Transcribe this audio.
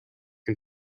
can